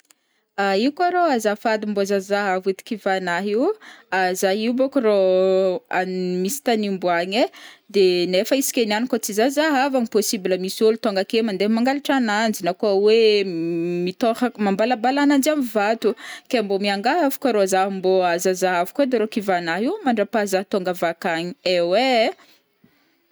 Ah io koa rw azafady mbô zahazahavo ed kivanahy io o, zah io maok rw misy tany imboagna ai, de nefa izy ke iniany kao tsy zahazahavagna possible misy ôlo tonga akeo mandeha mangalatra ananjy na koa hoe mitaoraka, mambalambala ananjy am vato, Kai mbô miangavy koa rw zah mbô zahazahavo koa Ed rw kivanahy io mandrapaha zah tonga avy akagny, ai ouwaii.